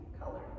color